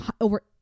over